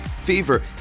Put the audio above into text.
fever